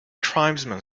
tribesman